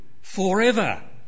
forever